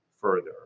further